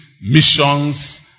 missions